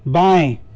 बाएँ